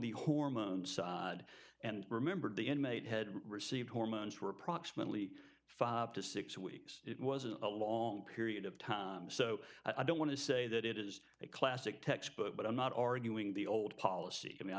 the hormones and remembered the inmate had received hormones were approximately five to six weeks it was a long period of time so i don't want to say that it is a classic textbook but i'm not arguing the old policy i mean i